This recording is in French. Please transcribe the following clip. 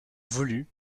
voulut